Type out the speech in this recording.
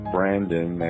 Brandon